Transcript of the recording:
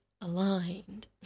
aligned